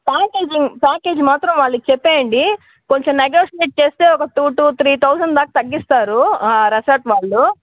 package package మాత్రం వాళ్ళకు చెప్పేయండి కొంచెం నెగోష్మెంట్ చేస్తే ఒక టూ టు త్రీ థౌసండ్ దాకా తగ్గిస్తారు ఆ రెసార్ట్ వాళ్ళు